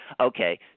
Okay